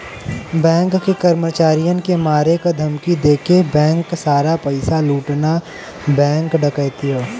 bank के कर्मचारियन के मारे क धमकी देके बैंक सारा पइसा लूटना बैंक डकैती हौ